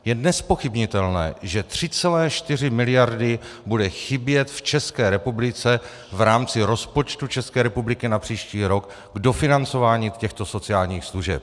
Je nezpochybnitelné, že 3,4 miliardy bude chybět v České republice v rámci rozpočtu České republiky na příští rok k dofinancování těchto sociálních služeb.